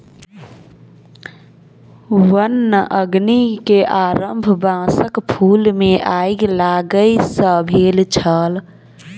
वन अग्नि के आरम्भ बांसक फूल मे आइग लागय सॅ भेल छल